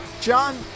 John